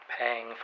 paying